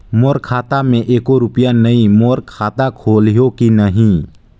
मोर खाता मे एको रुपिया नइ, मोर खाता खोलिहो की नहीं?